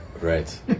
Right